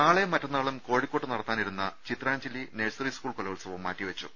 നാളെയും മറ്റന്നാളും കോഴിക്കോട്ട് നടത്താനിരുന്ന ചിത്രാഞ്ജലി നഴ്സറി സ്കൂൾ കലോത്സവം മാറ്റിവെ ച്ചു